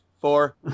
four